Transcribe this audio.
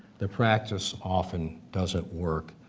the practice often doesn't work,